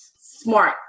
smart